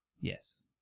yes